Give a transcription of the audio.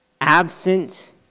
absent